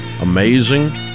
amazing